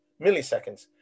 milliseconds